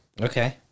Okay